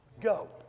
Go